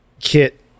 kit